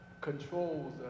controls